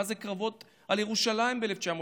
מה זה הקרבות על ירושלים ב-1967.